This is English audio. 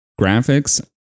graphics